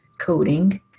coding